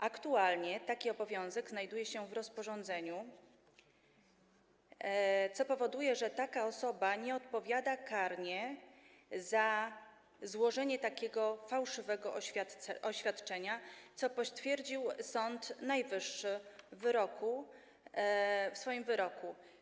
Aktualnie taki obowiązek znajduje się w rozporządzeniu, co powoduje, że taka osoba nie odpowiada karnie za złożenie takiego fałszywego oświadczenia, co potwierdził Sąd Najwyższy w swoim wyroku.